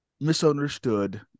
misunderstood